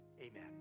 Amen